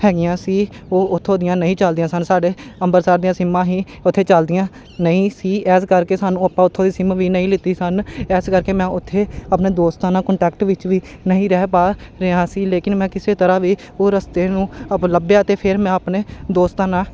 ਹੈਗੀਆਂ ਸੀ ਉਹ ਉੱਥੋਂ ਦੀਆਂ ਨਹੀਂ ਚੱਲਦੀਆਂ ਸਨ ਸਾਡੇ ਅੰਬਰਸਰ ਦੀਆਂ ਸਿੰਮਾਂ ਹੀ ਉੱਥੇ ਚੱਲਦੀਆਂ ਨਹੀਂ ਸੀ ਇਸ ਕਰਕੇ ਸਾਨੂੰ ਆਪਾਂ ਉੱਥੋਂ ਦੀ ਸਿੰਮ ਵੀ ਨਹੀਂ ਲਿੱਤੀ ਸਨ ਇਸ ਕਰਕੇ ਮੈਂ ਉੱਥੇ ਆਪਣੇ ਦੋਸਤਾਂ ਨਾਲ ਕੋਂਟੈਕਟ ਵਿੱਚ ਵੀ ਨਹੀਂ ਰਹਿ ਪਾ ਰਿਹਾ ਸੀ ਲੇਕਿਨ ਮੈਂ ਕਿਸੇ ਤਰ੍ਹਾਂ ਵੀ ਉਹ ਰਸਤੇ ਨੂੰ ਆਪ ਲੱਭਿਆ ਅਤੇ ਫਿਰ ਮੈਂ ਆਪਣੇ ਦੋਸਤਾਂ ਨਾਲ